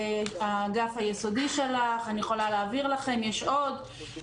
האגף היסודי שלח, אני יכולה להעביר לכם אם תרצו.